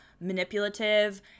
manipulative